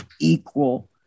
equal